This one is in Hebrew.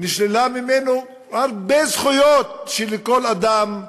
נשללו ממנו הרבה זכויות של כל אדם,